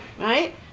Right